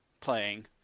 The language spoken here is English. playing